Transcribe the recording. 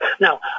Now